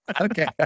okay